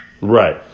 Right